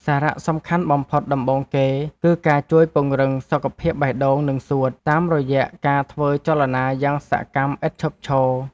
សារៈសំខាន់បំផុតដំបូងគេ គឺការជួយពង្រឹង សុខភាពបេះដូង និងសួត តាមរយៈការធ្វើចលនាយ៉ាងសកម្មឥតឈប់ឈរ។